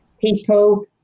people